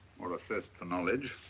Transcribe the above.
or a thirst for knowledge.